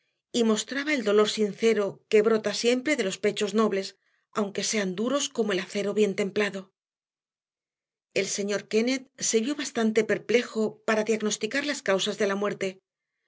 y mostraba el dolor sincero que brota siempre de los pechos nobles aunque sean duros como el acero bien templado el señor kennett se vio bastante perplejo para diagnosticar las causas de la muerte